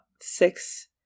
six